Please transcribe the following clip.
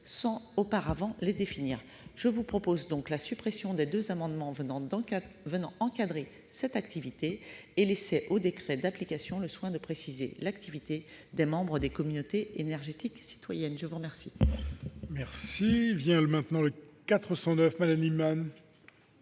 sans auparavant les définir. Je vous propose donc la suppression des deux alinéas encadrant cette activité, en laissant au décret d'application le soin de préciser l'activité des membres des communautés énergétiques citoyennes. La parole